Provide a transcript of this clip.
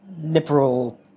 liberal